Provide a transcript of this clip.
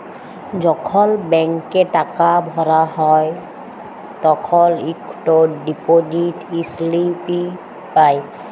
যখল ব্যাংকে টাকা ভরা হ্যায় তখল ইকট ডিপজিট ইস্লিপি পাঁই